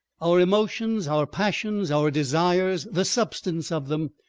our emotions, our passions, our desires, the substance of them,